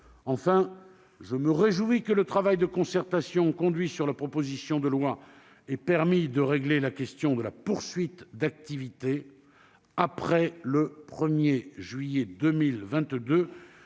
Enfin, je me réjouis que le travail de concertation conduit à l'occasion de l'élaboration de la proposition de loi ait permis de régler la question de la poursuite d'activité, après le 1 juillet 2022,